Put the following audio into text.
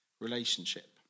relationship